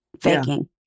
faking